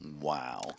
Wow